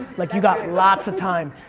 like, you've got lots of time.